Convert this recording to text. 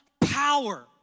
power